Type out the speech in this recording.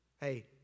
Hey